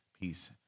peace